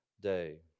day